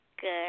Good